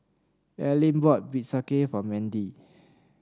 Allyn bought bistake for Mendy